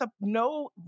no